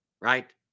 right